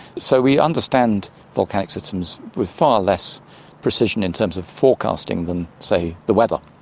so we understand volcanic systems with far less precision in terms of forecasting than, say, the weather.